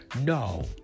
No